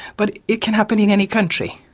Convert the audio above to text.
but it can happen in any country,